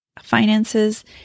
finances